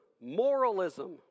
moralism